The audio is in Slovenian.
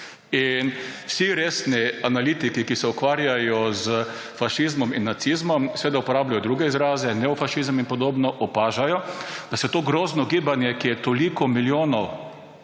je. Vsi resni analitiki, ki se ukvarjajo s fašizmom in nacizmom – seveda uporabljajo druge izraze, neofašizem in podobno – opažajo, da se to grozno gibanje, ki je povzročilo